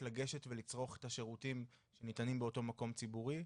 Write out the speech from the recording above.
לגשת ולצרוך את השירותים הניתנים באותו מקום ציבורי.